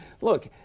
look